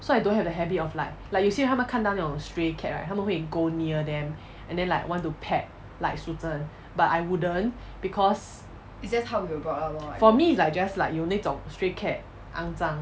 so I don't have the habit of like like 有些他们看到那种 stray cat right 他们会 go near them and then like want to pet like su jin but I wouldn't because for me is like just like 有那种 stray cat 肮脏